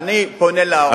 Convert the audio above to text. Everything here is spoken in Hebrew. ואני פונה לאוצר,